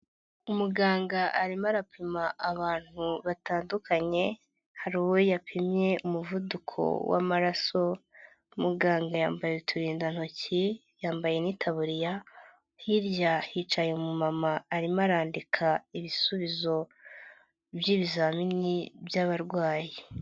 Umuganga arimo arapima abantu batandukanye, hari uwo yapimye umuvuduko w'amaraso, muganga yambaye uturindantoki, yambaye n'itaburiya, hirya hicaye umumama arimo arandika ibisubizo by'ibizamini by'abarwayi.